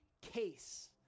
case